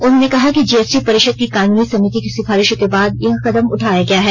उन्होंने कहा कि जीएसटी परिषद की कानूनी समिति की सिफारिशों के बाद यह कदम उठाया गया है